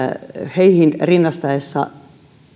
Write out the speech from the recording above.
rinnastettaessa